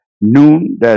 noon